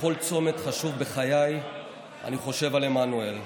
בכל צומת חשוב בחיי אני חושב על עמנואל.